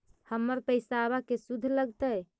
हमर पैसाबा के शुद्ध लगतै?